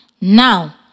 Now